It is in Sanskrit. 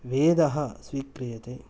वेदः स्वीक्रियते